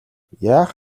яах